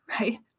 right